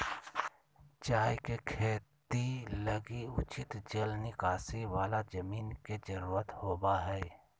चाय के खेती लगी उचित जल निकासी वाला जमीन के जरूरत होबा हइ